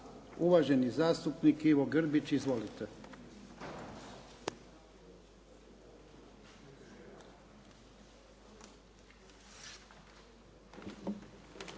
Uvaženi zastupnik Ivo Grbić. Izvolite.